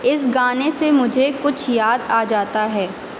اس گانے سے مجھے کچھ یاد آ جاتا ہے